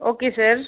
okay sir